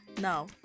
Now